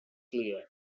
clear